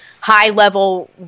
high-level